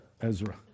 Ezra